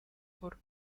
por